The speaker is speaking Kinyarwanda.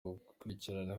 gukurikirana